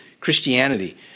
Christianity